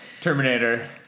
Terminator